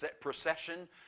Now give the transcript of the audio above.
procession